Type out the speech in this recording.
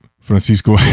Francisco